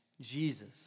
Jesus